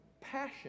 passion